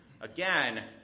Again